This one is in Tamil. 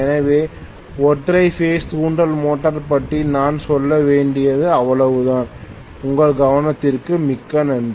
எனவே ஒற்றை பேஸ் தூண்டல் மோட்டார் பற்றி நான் சொல்ல வேண்டியது அவ்வளவுதான் உங்கள் கவனத்திற்கு மிக்க நன்றி